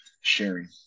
sharing